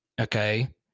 okay